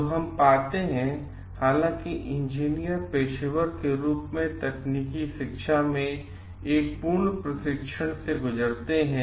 तो हम पाते हैं कि हालांकि इंजीनियर पेशेवर के रूप में तकनीकी शिक्षा में एक पूर्ण शिक्षा प्रशिक्षण से गुजरते हैं